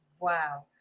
Wow